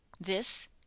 This